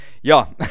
Ja